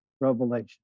revelation